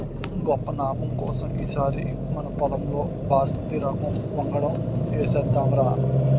గొప్ప నాబం కోసం ఈ సారి మనపొలంలో బాస్మతి రకం వంగడం ఏసేద్దాంరా